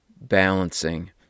Balancing